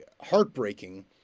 heartbreaking